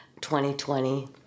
2020